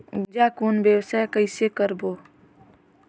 गुनजा कौन व्यवसाय कइसे करबो?